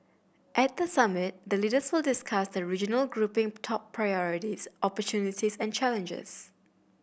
at the summit the leaders will discuss the regional grouping top priorities opportunities and challenges